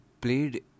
played